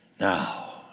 Now